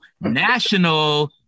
National